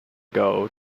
gold